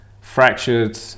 fractured